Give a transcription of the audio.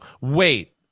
wait